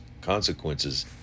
consequences